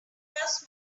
first